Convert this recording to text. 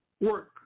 work